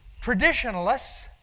traditionalists